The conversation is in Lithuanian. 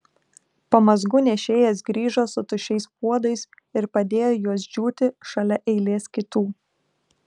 pamazgų nešėjas grįžo su tuščiais puodais ir padėjo juos džiūti šalia eilės kitų